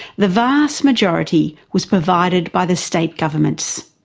the vast majority was provide by the state governments.